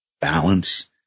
balance